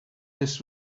this